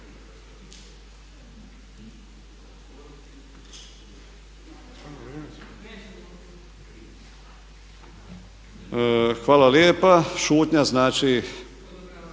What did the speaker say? Hvala lijepo. Šutnja znači